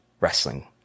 wrestling